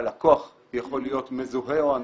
והלקוח יכול להיות מזוהה או אנונימי.